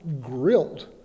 grilled